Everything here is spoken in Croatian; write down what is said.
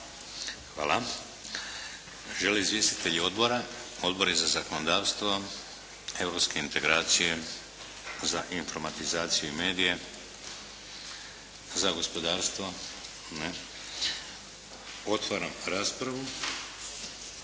Hvala. Žele li izvjestitelji odbora? Odbori za zakonodavstvo? Europske integracije? Za informatizaciju i medije? Za gospodarstvo? Ne. Otvaram raspravu.